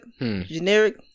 Generic